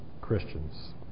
Christians